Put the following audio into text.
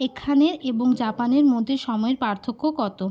এখানের এবং জাপানের মধ্যে সময়ের পার্থক্য কতো